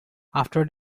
after